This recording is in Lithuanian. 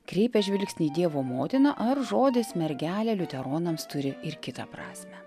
kreipia žvilgsnį į dievo motiną ar žodis mergelė liuteronams turi ir kitą prasmę